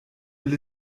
will